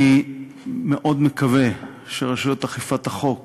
אני מאוד מקווה שרשויות אכיפת החוק